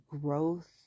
growth